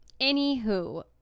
Anywho